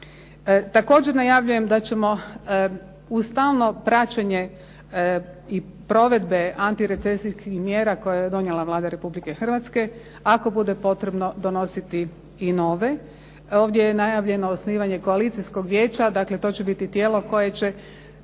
Također najavljujem da ćemo uz stalno praćenje i provedbe antirecesijskih mjera koje je donijela Vlada Republike Hrvatske, ako bude potrebno donositi i nove. Ovdje je najavljeno osnivanje koalicijskog vijeća. Dakle to će biti tijelo koje će